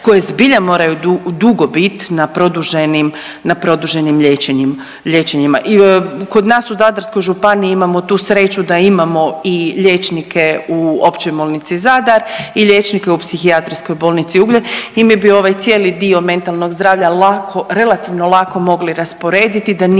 koje zbilja moraju dugo, dugo biti na produženim, na produženim liječenjima. I kod na su Zadarskoj županiji imamo tu sreću da imamo i liječnike u Općoj bolnici Zadar i liječnike u Psihijatrijskoj bolnici Ugljan i mi bi ovaj cijeli dio mentalnog zdravlja lako, relativno lako mogli rasporediti